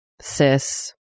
cis